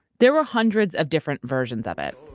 there were hundreds of different versions of it.